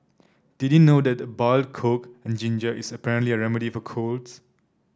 did you know that boiled coke and ginger is apparently a remedy for colds